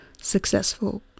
successful